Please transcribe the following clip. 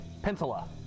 peninsula